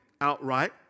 outright